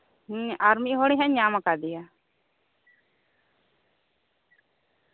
ᱦᱩᱸ ᱟᱨ ᱢᱤᱫ ᱦᱚᱲ ᱦᱟᱸᱜ ᱤᱧ ᱧᱟᱢ ᱠᱟᱫᱮᱭᱟ